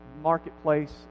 marketplace